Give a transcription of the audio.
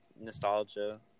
nostalgia